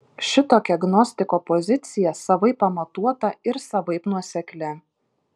šitokia gnostiko pozicija savaip pamatuota ir savaip nuosekli